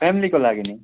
फ्यामिलीको लागि नै